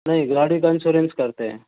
नहीं गाड़ी का इंश्योरेंस करते हैं